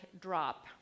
Drop